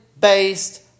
based